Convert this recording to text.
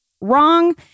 wrong